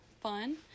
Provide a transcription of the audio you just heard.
fun